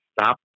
Stop